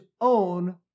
own